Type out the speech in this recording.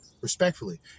respectfully